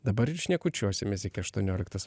dabar ir šnekučiuosimės iki aštuonioliktos